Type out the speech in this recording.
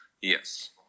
Yes